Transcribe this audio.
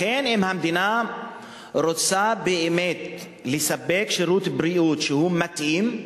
לכן אם המדינה רוצה באמת לספק שירות בריאות מתאים,